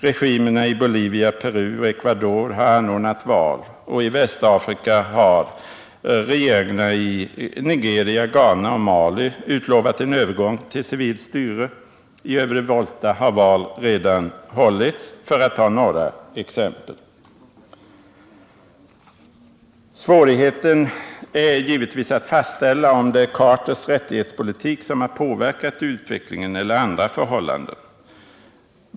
Regimerna i Bolivia, Peru och Ecuador har anordrat val, och i Västafrika har regeringarna i Nigeria, Ghana och Mali utlovat en övergång till civilt styre. I Övre Volta har val hållits, för att ta några exempel. Svårigheten är givetvis att fastställa om det är Carters rättighetspolitik eller andra förhållanden som har påverkat utvecklingen.